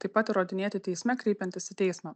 taip pat įrodinėti teisme kreipiantis į teismą